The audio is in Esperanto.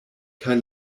kaj